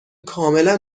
کاملا